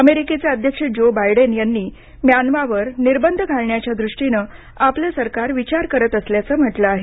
अमेरिकेचे अध्यक्ष Joe Biden यांनी म्यानमारवर निर्बंध घालण्याच्या दृष्टीनं आपलं सरकार विचार करत असल्याचं म्हटलं आहे